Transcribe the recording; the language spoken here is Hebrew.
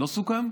לא סוכם?